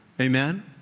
Amen